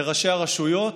לראשי הרשויות,